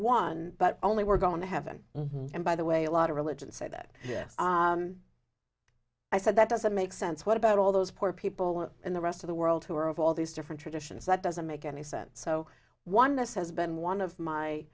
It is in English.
one but only we're going to heaven and by the way a lot of religion said that yes i said that doesn't make sense what about all those poor people were in the rest of the world who were of all these different traditions that doesn't make any sense so oneness has been one of my